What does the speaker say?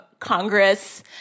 Congress